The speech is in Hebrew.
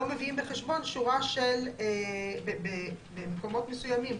לא מביאים בחשבון שורה של במקומות מסוימים,